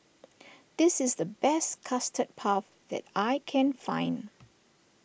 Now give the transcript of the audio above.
this is the best Custard Puff that I can find